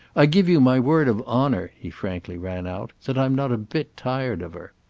i give you my word of honour, he frankly rang out, that i'm not a bit tired of her.